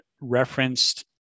referenced